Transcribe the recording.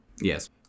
Yes